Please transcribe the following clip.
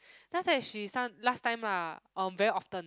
just that she some last time lah um very often